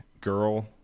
girl